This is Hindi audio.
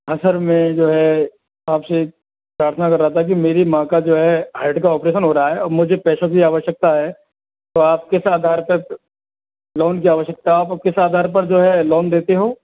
हाँ सर मैं जो है आपसे प्रार्थना कर रहा था कि मेरी माँ का जो है हार्ड का ऑपरेशन हो रहा है और मुझे पैसों की आवश्यकता है तो आप किस आधार तक लोन की आवश्यकता आप किस आधार पर जो है लोन देते हो